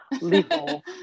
legal